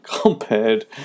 compared